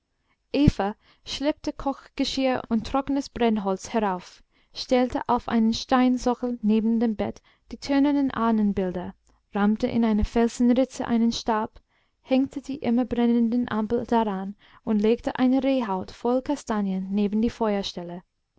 schleppte kochgeschirr und trockenes brennholz herauf stellte auf einen steinsockel neben dem bett die tönernen ahnenbilder rammte in eine felsenritze einen stab hängte die immer brennende ampel daran und legte eine rehhaut voll kastanien neben die